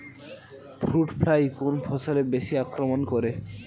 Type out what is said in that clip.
Fruit fly কোন ফসলে বেশি আক্রমন করে?